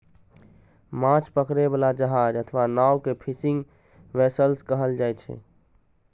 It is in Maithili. माछ पकड़ै बला जहाज अथवा नाव कें फिशिंग वैसेल्स कहल जाइ छै